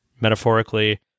metaphorically